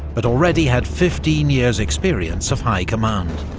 but already had fifteen years' experience of high command.